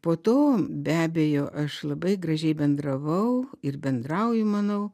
po to be abejo aš labai gražiai bendravau ir bendrauju manau